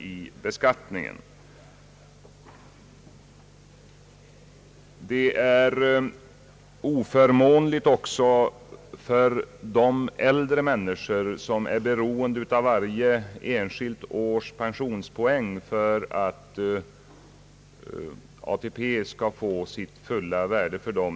Det nuvarande systemet är oförmånligt också för de äldre människor som är beroende av varje enskilt års pensionspoäng för att ATP skall få sitt fulla värde för dem.